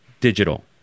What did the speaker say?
digital